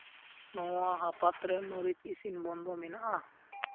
ᱱᱚᱣᱟ ᱦᱟᱯᱟᱛ ᱨᱮ ᱢᱟᱹᱨᱤᱪ ᱤᱥᱤᱱ ᱵᱚᱱᱫᱚ ᱢᱮᱱᱟᱜᱼᱟ